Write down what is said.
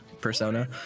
Persona